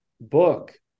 book